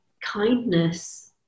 Kindness